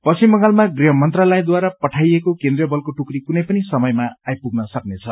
पश्चिम बंगालमा गृह मन्त्रालयद्वारा पठाइएको केन्द्रीय बलको टुक्री कुनै पनि समय आइपुग्न सक्नेछ